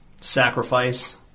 sacrifice